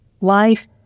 life